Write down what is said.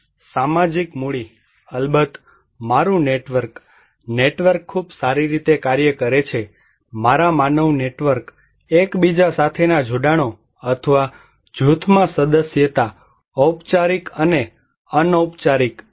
અને સામાજિક મૂડી અલબત્ત મારું નેટવર્ક નેટવર્ક ખૂબ સારી રીતે કાર્ય કરે છે મારા માનવ નેટવર્ક એક બીજા સાથેના જોડાણો અથવા જૂથમાં સદસ્યતા ઔપચારિક અને અનૌપચારિક